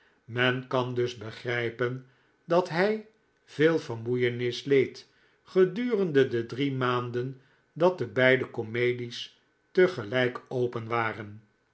men kan dus begrijpen dat hij veel vermoeienis leed gedurende de drie maanden dat de beide komedies te gelijk open waren